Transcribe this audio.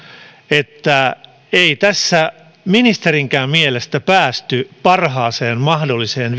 että ei tässä vielä ministerinkään mielestä päästy parhaaseen mahdolliseen